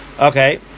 Okay